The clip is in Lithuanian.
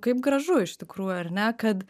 kaip gražu iš tikrųjų ar ne kad